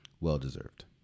Well-deserved